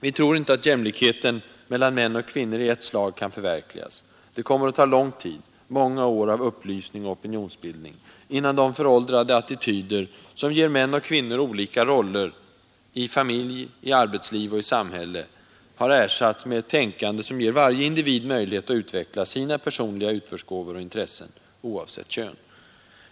Vi tror inte att jämlikheten mellan män och kvinnor i ett slag kan förverkligas. Det kommer att ta lång tid, många år av upplysning och opinionsbildning, innan de föråldrade attityder som ger män och kvinnor olika roller i familj, arbetsliv och samhälle ersatts med ett tänkande, som ger varje individ möjlighet att utveckla sina personliga utförsgåvor och intressen, oavsett kön.